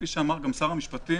כפי שאמר שר המשפטים,